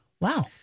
Wow